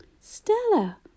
Stella